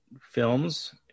films